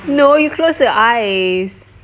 no you close your eyes